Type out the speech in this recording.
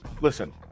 listen